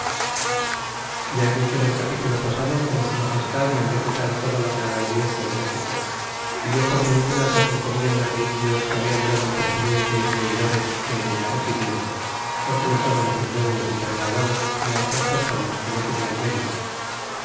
hizo yahe dicho en el capítulo pasado como su magestad mandó quitar toda la real audiencia de méxico y die por ningunas las encomiendas de indios que hablan dado el presidente é oidores que en ella residian porque los daban á sus deudos y paniaguados y otras personas que no tenian méritos